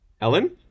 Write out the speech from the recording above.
Ellen